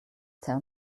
tell